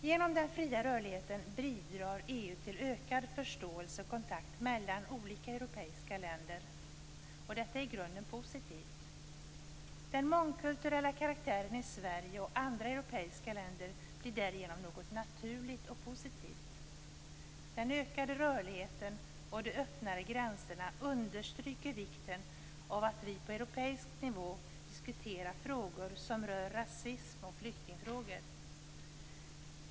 Genom den fria rörligheten bidrar EU till ökad förståelse och kontakt mellan olika europeiska länder. Detta är i grunden positivt. Den mångkulturella karaktären i Sverige och andra europeiska länder blir därigenom något naturligt och positivt. Den ökade rörligheten och de öppnare gränserna understryker vikten av att vi på europeisk nivå diskuterar frågor som rör rasism och flyktingar.